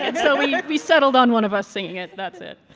and so we like we settled on one of us singing it that's it